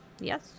Yes